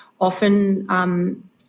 often –